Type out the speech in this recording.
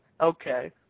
Okay